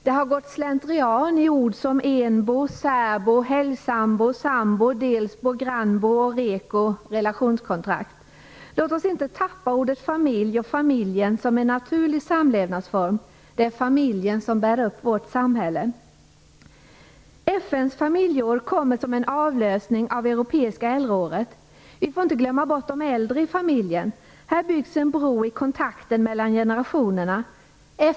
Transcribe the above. Det har gått slentrian i ord som enbo, särbo, helgsambo, sambo, delsbo, grannbo och reko, dvs. relationskontrakt. Låt oss inte tappa ordet familj och familjen som en naturlig samlevnadsform. Det är familjen som bär upp vårt samhälle. FN:s familjeår kommer som en avlösning av det europeiska äldreåret. Vi får inte glömma bort de äldre i familjen. Här byggs en bro i kontakten mellan generationerna.